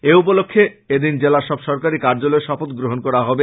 এ উপলক্ষ্যে এদিন জেলার সব সরকারী কার্য্যলয়ে শপথ গ্রহন করা হবে